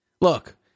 Look